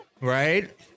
Right